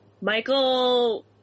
michael